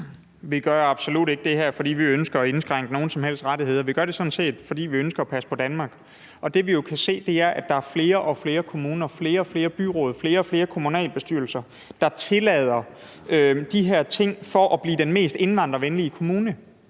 Vi gør absolut ikke det her, fordi vi ønsker at indskrænke nogen som helst rettigheder. Vi gør det sådan set, fordi vi ønsker at passe på Danmark. Det, vi jo kan se, er, at der er flere og flere kommuner, flere og flere byråd, flere og flere kommunalbestyrelser, der tillader de her ting for at blive den mest indvandrervenlige kommune.